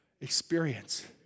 experience